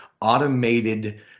automated